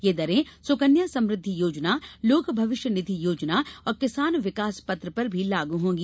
यह दरें सुकन्या समृद्धि योजनालोक भविष्य निधि योजना और किसान विकास पत्र पर भी लागू होंगी